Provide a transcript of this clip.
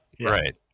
Right